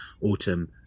autumn